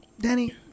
Danny